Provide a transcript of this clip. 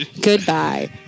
goodbye